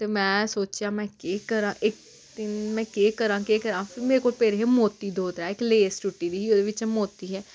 ते में सोचेआ में केह् करां इक दिन में केह् करां केह् करां मेरे कोल पेदे हे मोती दो त्रै इक लेस टुट्टी दी ही ओह्दे बिच्चा मोती हे